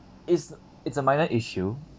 it's it's a minor issue